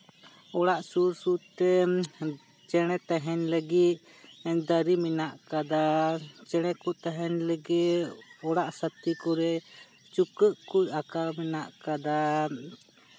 ᱚᱲᱟᱜ ᱥᱩᱨᱼᱥᱩᱨᱛᱮ ᱪᱮᱬᱮ ᱛᱮᱦᱮᱱ ᱞᱟᱹᱜᱤᱫ ᱫᱟᱨᱮ ᱢᱮᱱᱟᱜ ᱟᱠᱟᱫᱟ ᱪᱮᱬᱮ ᱠᱚ ᱛᱮᱦᱮᱱ ᱞᱟᱹᱜᱤᱫ ᱚᱲᱟᱜ ᱥᱟᱛᱮ ᱠᱚᱨᱮ ᱪᱩᱠᱟᱹᱜ ᱠᱚ ᱟᱠᱟ ᱢᱮᱱᱟᱜ ᱟᱠᱟᱫᱟ